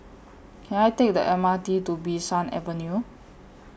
Can I Take The M R T to Bee San Avenue